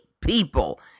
people